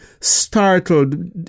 startled